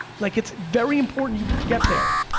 like, it's very important you get there.